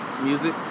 music